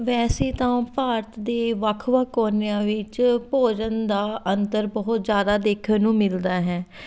ਵੈਸੇ ਤਾਂ ਉਹ ਭਾਰਤ ਦੇ ਵੱਖ ਵੱਖ ਕੋਨਿਆਂ ਵਿੱਚ ਭੋਜਨ ਦਾ ਅੰਤਰ ਬਹੁਤ ਜ਼ਿਆਦਾ ਦੇਖਣ ਨੂੰ ਮਿਲਦਾ ਹੈ